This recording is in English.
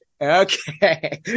Okay